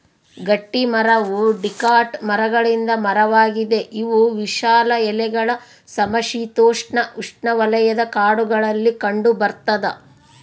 ಗಟ್ಟಿಮರವು ಡಿಕಾಟ್ ಮರಗಳಿಂದ ಮರವಾಗಿದೆ ಇವು ವಿಶಾಲ ಎಲೆಗಳ ಸಮಶೀತೋಷ್ಣಉಷ್ಣವಲಯ ಕಾಡುಗಳಲ್ಲಿ ಕಂಡುಬರ್ತದ